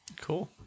Cool